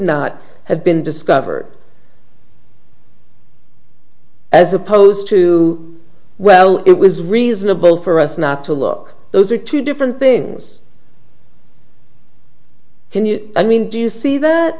not have been discovered as opposed to well it was reasonable for us not to look those are two different things i mean do you see th